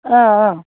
অঁ অঁ